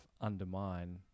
undermine